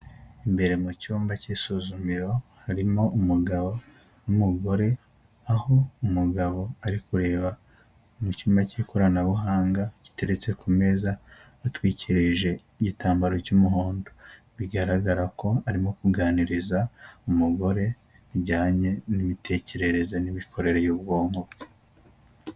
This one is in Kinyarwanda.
Imbere mu cyumba cy'isuzumiro harimo umugabo n'umugore, aho umugabo ari kureba mu cyuma cy'ikoranabuhanga giteretse ku meza atwikirije igitambaro cy'umuhondo, bigaragara ko arimo kuganiriza umugore bijyanye n'imitekerereze n'imikorere y'ubwonko bwe.